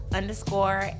Underscore